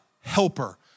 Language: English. helper